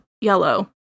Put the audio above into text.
yellow